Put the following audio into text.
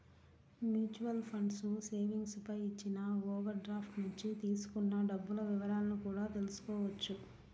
mutual funds savings పై ఇచ్చిన overdraft నుంచి తీసుకున్న డబ్బుల వివరాలను కూడా తెల్సుకోవచ్చు